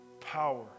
power